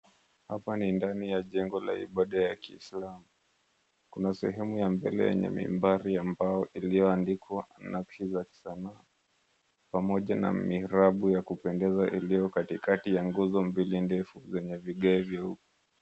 Hapa ni ndani ya jengo la ibada ya kiislamu. Kuna sehemu ya mbele yenye mimbari ambayo iliyoandikwa nakshi za kisanaa pamoja na mirabu ya kupendeza iliyo katikati ya nguzo mbili ndefu zenye vigae vya huku.